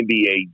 NBA